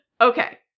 Okay